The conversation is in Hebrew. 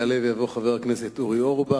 יעלה ויבוא חבר הכנסת אורי אורבך,